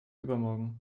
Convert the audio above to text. übermorgen